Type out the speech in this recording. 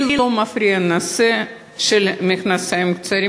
לי לא מפריע הנושא של מכנסיים קצרים.